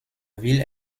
ville